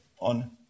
on